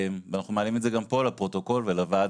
ואנחנו מעלים את זה גם פה לפרוטוקול ולוועדה,